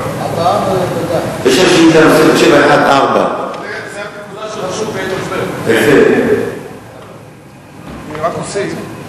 נוספת, 714. זה, אני רק אוסיף,